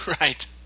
Right